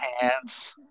pants